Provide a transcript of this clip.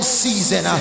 season